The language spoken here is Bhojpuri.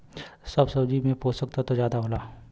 सब सब्जी में पोसक तत्व जादा होला